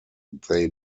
they